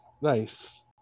nice